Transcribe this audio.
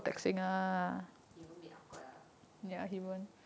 he won't be awkward lah